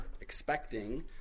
expecting